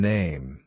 Name